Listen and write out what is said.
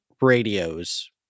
radios